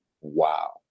wow